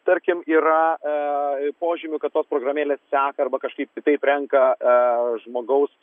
tarkim yra požymių kad tos programėlės seka arba kažkaip kitaip renka žmogaus